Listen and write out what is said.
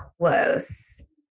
close